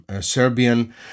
Serbian